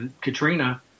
Katrina